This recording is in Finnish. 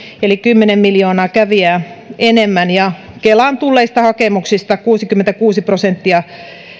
eli oli kymmenen miljoonaa kävijää enemmän ja kelaan tulleista hakemuksista kuusikymmentäkuusi prosenttia